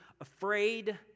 afraid